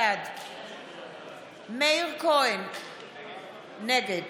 בעד מאיר כהן, נגד